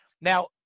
Now